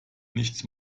nichts